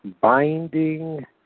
binding